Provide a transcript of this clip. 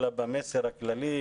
אלא במסר הכללי,